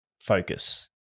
focus